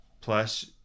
Plus